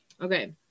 okay